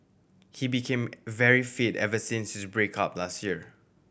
he became very fit ever since his break up last year